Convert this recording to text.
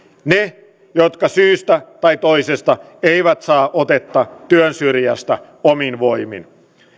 ne jotka syystä tai toisesta eivät saa otetta työn syrjästä omin voimin